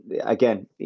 again